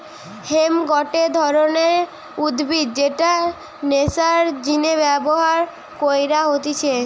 hemp গটে ধরণের উদ্ভিদ যেটা নেশার জিনে ব্যবহার কইরা হতিছে